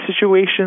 situations